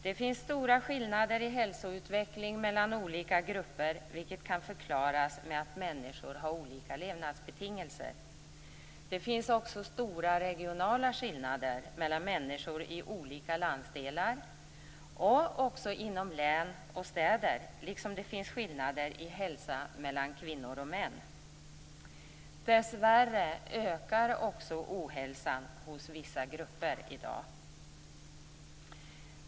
Det finns stora skillnader i hälsoutveckling mellan olika grupper, vilket kan förklaras med att människor har olika levnadsbetingelser. Det finns också stora regionala skillnader mellan människor i olika landsdelar och också inom län och städer liksom det finns skillnader i hälsa mellan kvinnor och män. Dessvärre ökar också ohälsan hos vissa grupper i dag.